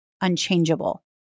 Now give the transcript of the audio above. unchangeable